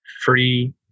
Free